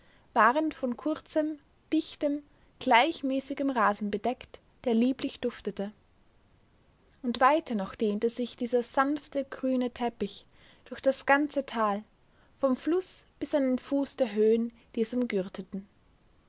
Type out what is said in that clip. waren von kurzem dichtem gleichmäßigem rasen bedeckt der lieblich duftete und weiter noch dehnte sich dieser sanfte grüne teppich durchs ganze tal vom fluß bis an den fuß der höhen die